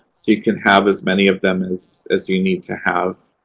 so you can have as many of them as as you need to have.